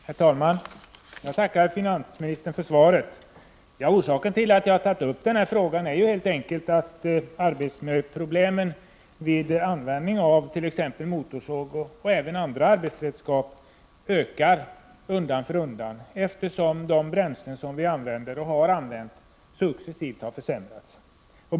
Herr talman! Jag tackar finansministern för svaret. Orsaken till att jag tagit upp frågan är helt enkelt att arbetsmiljöproblemen vid användning av motorsåg och andra arbetsredskap ökar undan för undan, eftersom de bränslen som vi använder och har använt successivt har försämrats.